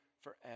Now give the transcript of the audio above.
forever